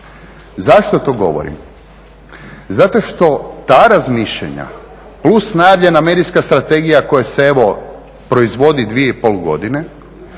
Zašto to govorim? Zato što ta razmišljanja, plus najavljena medijska strategija koja se evo proizvodi 2,5 godine,